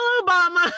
obama